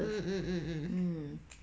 mm mmhmm mm mm